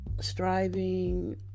striving